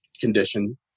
condition